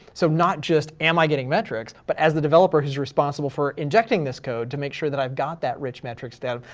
so not just, am i getting metrics? but as the developer who's responsible for injecting this code to make sure that i've got that rich metrics dev,